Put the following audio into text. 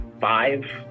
five